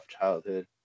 childhood